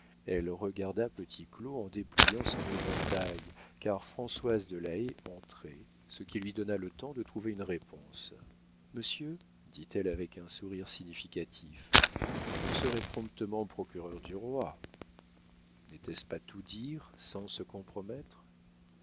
elle regarda petit claud en dépliant son éventail car françoise de la haye entrait ce qui lui donna le temps de trouver une réponse monsieur dit-elle avec un sourire significatif vous serez promptement procureur du roi n'était-ce pas tout dire sans se compromettre